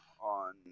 on